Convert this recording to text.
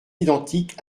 identique